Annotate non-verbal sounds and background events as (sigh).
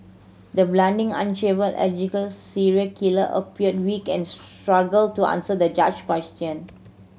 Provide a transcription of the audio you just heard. the balding unshaven (unintelligible) serial killer appeared weak and struggled to answer the judge question